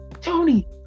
tony